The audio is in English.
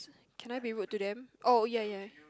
can I be rude to them oh ya ya